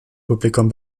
publikum